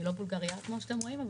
אני לא בולגריה כמו שאתם רואים,